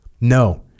No